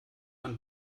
ein